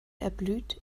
erblüht